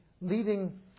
leading